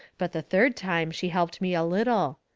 but the third time she helped me a little.